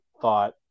thought